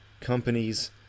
companies